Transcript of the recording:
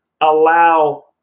allow